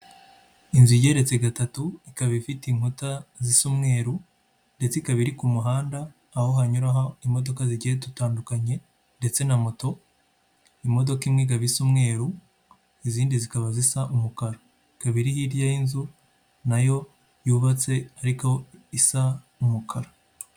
Inzu igeretse gatatu ikaba ifite inkuta zisa umweru ndetse ikaba iri ku muhanda aho hanyuraho imodoka zigiye dutandukanye ndetse na moto, imodoka imwe ikaba isa umweru, izindi zikaba zisa umukara, ikaba iri hirya y'inzu nayo yubatse ariko isa umukara.